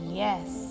yes